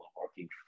working